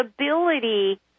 ability